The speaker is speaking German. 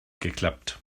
geklappt